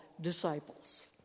disciples